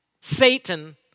Satan